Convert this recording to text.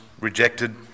rejected